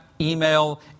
email